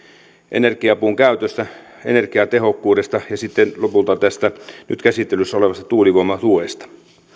energiapuun käytöstä energiatehokkuudesta ja sitten lopulta tästä nyt käsittelyssä olevasta tuulivoimatuesta